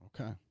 Okay